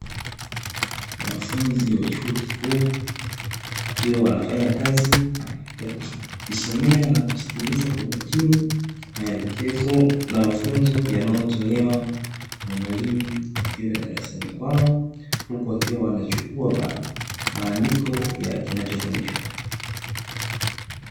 Wananafunzi wa chuo kikuu wakiwa wanafanya kazi ya kujisomea nakusikiliza kwa makini, maekekezo na mafunzo yanayotolewa na mwalimu akiwa darasani kwao, huku wakiwa wanachukua maandiko ya kinachofundishwa.